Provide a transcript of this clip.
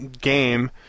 game